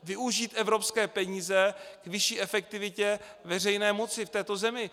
Využít evropské peníze k vyšší efektivitě veřejné moci v této zemi.